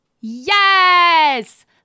Yes